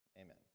Amen